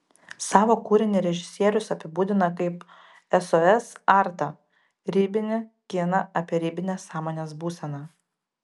savo kūrinį režisierius apibūdina kaip sos artą ribinį kiną apie ribinę sąmonės būseną